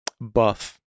buff